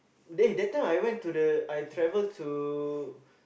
they that time I went to the I travel to